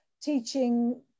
teaching